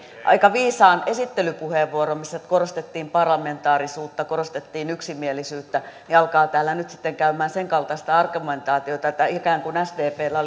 aika viisaan esittelypuheenvuoron missä korostettiin parlamentaarisuutta korostettiin yksimielisyyttä alkaa täällä nyt sitten käymään senkaltaista argumentaatiota että ikään kuin sdpllä